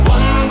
One